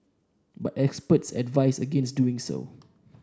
but experts advise against doing so